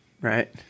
right